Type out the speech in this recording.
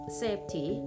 safety